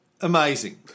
amazing